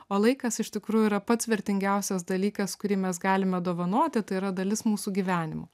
o laikas iš tikrųjų yra pats vertingiausias dalykas kurį mes galime dovanoti tai yra dalis mūsų gyvenimo